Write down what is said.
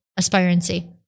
Aspirancy